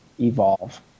evolve